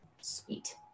sweet